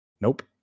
Nope